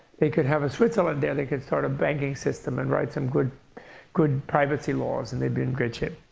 they could have a switzerland there. they could start a banking system and write some good good privacy laws. and they'd be in great shape.